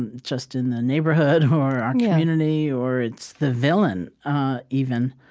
and just in the neighborhood or our community, or it's the villain even,